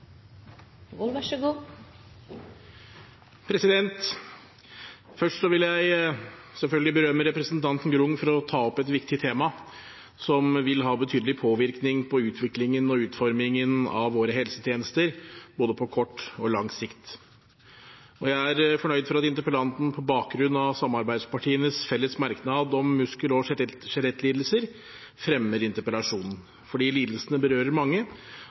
Grung for å ta opp et viktig tema, som vil ha betydelig påvirkning på utviklingen og utformingen av våre helsetjenester både på kort og lang sikt. Jeg er glad for at interpellanten, på bakgrunn av samarbeidspartienes felles merknad om muskel- og skjelettlidelser, fremmer interpellasjonen, fordi lidelsene berører mange